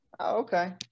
Okay